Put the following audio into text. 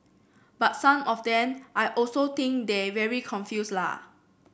but some of them I also think they very confuse la